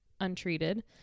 untreated